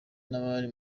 n’abari